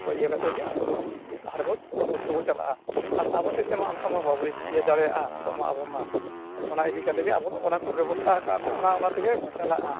ᱚᱱᱟ ᱠᱚ ᱤᱭᱟᱹ ᱠᱟᱛᱮᱫ ᱜᱮ ᱟᱵᱚ ᱤᱭᱟᱹ ᱵᱚ ᱪᱟᱞᱟᱜᱼᱟ ᱟᱨ ᱟᱵᱚ ᱛᱮᱫ ᱛᱮᱢᱟ ᱚᱱᱠᱟ ᱢᱟ ᱵᱟᱵᱚ ᱤᱭᱟᱹ ᱫᱟᱲᱮᱭᱟᱜᱼᱟ ᱱᱤᱛᱳᱜ ᱢᱟ ᱟᱵᱚ ᱢᱟ ᱚᱱᱟ ᱤᱫᱤ ᱠᱟᱛᱮᱫ ᱜᱮ ᱟᱵᱚ ᱚᱱᱟ ᱠᱚ ᱵᱮᱵᱚᱥᱛᱷᱟ ᱟᱠᱟᱫᱟᱠᱚ ᱚᱱᱟ ᱚᱱᱟ ᱛᱮᱜᱮ ᱵᱚ ᱪᱟᱞᱟᱜᱼᱟ